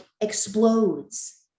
explodes